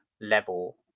level